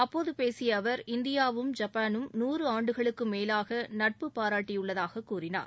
அப்போது பேசிய அவர் இந்தியாவும் ஐப்பானும் நூறு ஆண்டுகளுக்கும் மேலாக நட்பு பாராட்டியுள்ளதாக கூறினார்